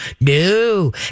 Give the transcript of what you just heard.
No